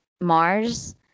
Mars